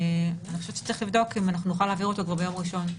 צריך לבדוק אם נוכל להעביר אותו כבר ביום ראשון.